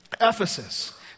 Ephesus